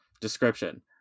Description